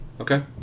Okay